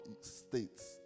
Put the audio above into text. states